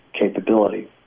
capability